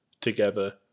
together